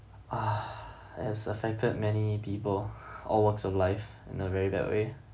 ah has affected many people all walks of life in a very bad way